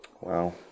Wow